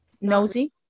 nosy